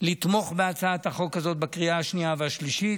לתמוך בהצעת החוק הזאת בקריאה השנייה והשלישית,